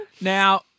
Now